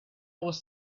was